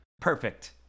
Perfect